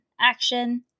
action